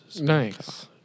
Nice